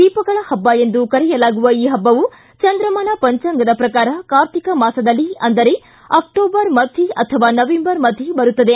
ದೀಪಗಳ ಹಬ್ಬ ಎಂದು ಕರೆಯಲಾಗುವ ಈ ಹಬ್ಬವು ಚಂದ್ರಮಾನ ಪಂಚಾಂಗದ ಪ್ರಕಾರ ಕಾರ್ತಿಕ ಮಾಸದಲ್ಲಿ ಅಂದರೆ ಅಕ್ಟೋಬರ್ ಮಧ್ಯೆ ಅಥವಾ ನವೆಂಬರ್ ಮಧ್ಯೆ ಬರುತ್ತದೆ